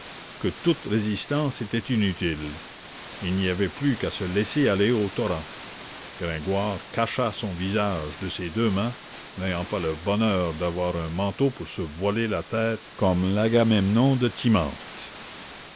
que toute résistance était inutile il n'y avait plus qu'à se laisser aller au torrent gringoire cacha son visage de ses deux mains n'ayant pas le bonheur d'avoir un manteau pour se voiler la tête comme l'agamemnon de